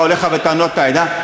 באו אליך בטענות העדה?